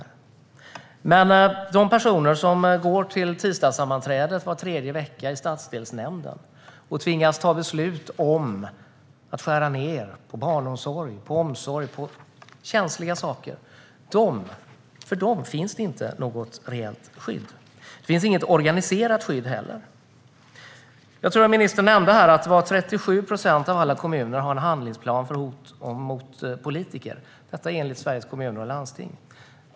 Men för de personer som går till tisdagssammanträdet var tredje vecka i stadsdelsnämnden och tvingas fatta beslut om att skära ned på barnomsorg, omsorg och känsliga saker finns det inte något reellt skydd. Det finns inte heller något organiserat skydd. Jag tror att ministern nämnde att 37 procent av alla kommuner har en handlingsplan för hot mot politiker - detta enligt Sveriges Kommuner och Landsting.